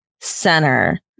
center